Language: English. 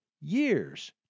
Years